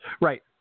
Right